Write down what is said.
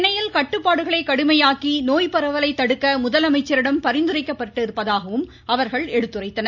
சென்னையில் கட்டுப்பாடுகளை கடுமையாக்கி நோய்பரவலை தடுக்க முதலமைச்சரிடம் பரிந்துரைக்கப்பட்டிருப்பதாகவும் எடுத்துரைத்தனர்